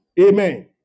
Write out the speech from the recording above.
Amen